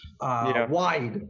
wide